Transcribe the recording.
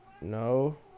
No